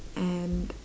and